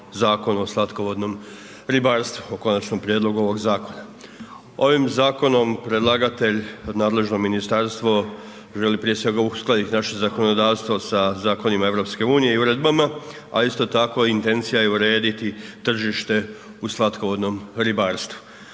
Zakonu o slatkovodnom ribarstvu, o konačnom prijedlogu ovog zakona. Ovim zakonom predlagatelj i nadležno ministarstvo želi prije svega uskladiti naše zakonodavstvo sa zakonima EU i uredbama, a isto tako i intencija je urediti tržište u slatkovodnom ribarstvu.